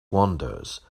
wanders